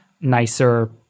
nicer